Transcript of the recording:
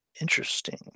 Interesting